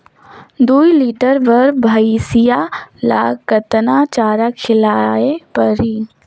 दुई लीटर बार भइंसिया ला कतना चारा खिलाय परही?